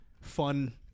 fun